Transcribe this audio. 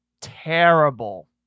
terrible